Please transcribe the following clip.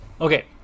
Okay